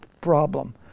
problem